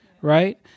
right